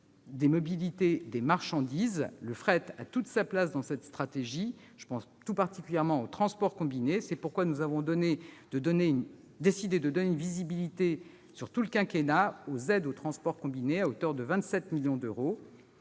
des mobilités des marchandises. Le fret a toute sa place dans cette stratégie. Je pense tout particulièrement au transport combiné. C'est pourquoi nous avons décidé de donner une visibilité sur tout le quinquennat aux aides au transport combiné à hauteur de 27 millions d'euros.